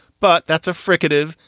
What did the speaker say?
but that's a fricative.